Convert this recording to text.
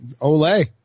Olay